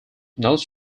notes